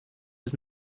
was